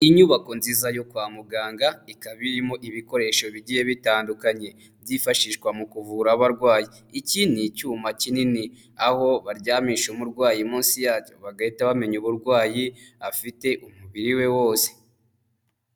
Inyubako nziza yo kwa muganga, ikaba irimo ibikoresho bigiye bitandukanye byifashishwa mu kuvura abarwayi. Iki ni icyuma kinini, aho baryamisha umurwayi munsi yacyo bagahita bamenya uburwayi afite umubiri we wose.